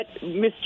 Mr